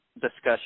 discussion